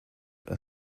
are